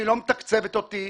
היא לא מתקצבת אותי.